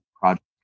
project